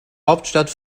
hauptstadt